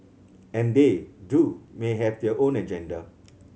and they too may have their own agenda